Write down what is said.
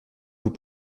vous